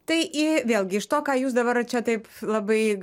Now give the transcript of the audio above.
tai į vėlgi iš to ką jūs dabar čia taip labai